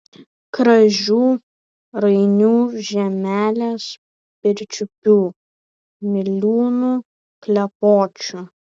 kražių rainių žemelės pirčiupių miliūnų klepočių